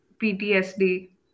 PTSD